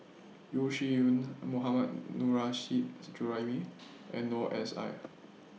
Yeo Shih Yun Mohammad Nurrasyid Juraimi and Noor S I